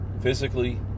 physically